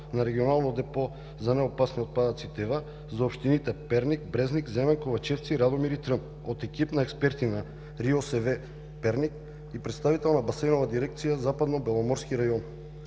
за „Регионално депо за неопасни отпадъци „Тева“ за общините Перник, Брезник, Земен, Ковачевци, Радомир и Трън от екип експерти на РИОСВ – Перник, и представител на Басейнова дирекция „Западнобеломорски район“.